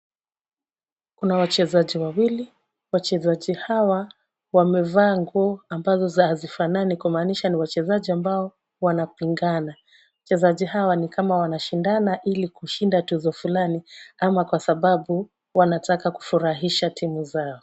Kuna wachezaji wawili, wachezaji hawa wamevaa nguo ambazo hazifanani kumaanisha ni wachezaji ambao wanapingana. Wachezaji hawa ni kama wanashindana ili kushinda tuzo fulani ama kwa sababu wanataka kufurahisha timu zao.